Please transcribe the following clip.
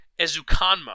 Ezukanma